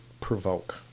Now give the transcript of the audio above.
provoke